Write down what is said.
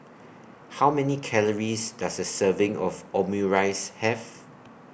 How Many Calories Does A Serving of Omurice Have